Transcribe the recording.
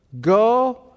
Go